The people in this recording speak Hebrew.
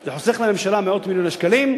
זה חוסך לממשלה מאות-מיליוני שקלים,